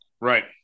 Right